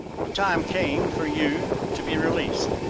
the time came for you to be released.